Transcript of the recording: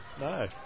No